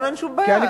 לנו אין שום בעיה.